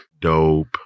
Dope